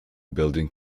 building